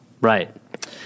Right